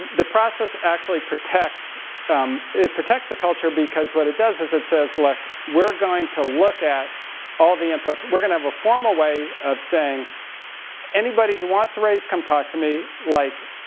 the process actually protects um it protects the culture because what it does it says look, we're going to look at all the inputs. we're going to have a formal way of saying anybody who wants a raise come talk to me. like,